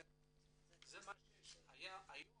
היום